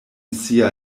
sia